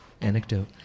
anecdote